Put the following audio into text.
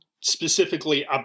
specifically